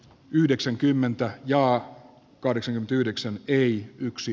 yhdeksänkymmentä jo kahdeksan yhdeksän ei yksi